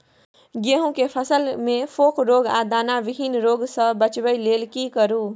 गेहूं के फसल मे फोक रोग आ दाना विहीन रोग सॅ बचबय लेल की करू?